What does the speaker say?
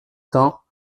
temps